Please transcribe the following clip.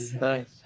Nice